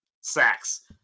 sacks